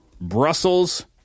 Brussels